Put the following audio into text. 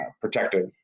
protected